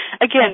Again